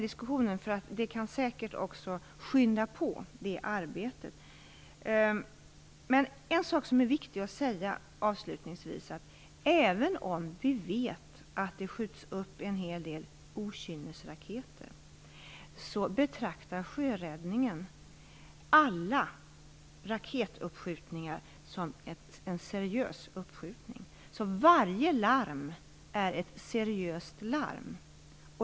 Diskussionen är bra, för den kan säkert också skynda på arbetet. En sak som avslutningsvis är viktig att säga är följande: Även om vi vet att det skjuts upp en hel del okynnesraketer betraktar sjöräddningen alla raketuppskjutningar som en seriös uppskjutning. Varje larm är ett seriöst larm.